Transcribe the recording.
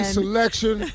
selection